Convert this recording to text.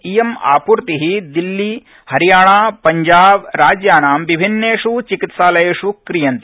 इयम् आपूर्ति दिल्ली हरियाणा पंजाब राज्यानां विभिन्नेष् चिकित्सालयेष् क्रियते